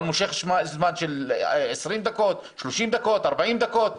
אבל מושך זמן של 20 30 40 דקות,